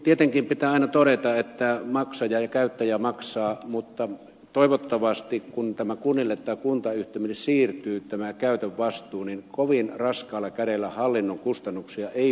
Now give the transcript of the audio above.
tietenkin pitää aina todeta että käyttäjä maksaa mutta toivottavasti kun tämä käytön vastuu kunnille tai kuntayhtymille siirtyy kovin raskaalla kädellä hallinnon kustannuksia ei vyörytetä käyttökustannuksiin